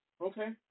Okay